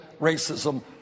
racism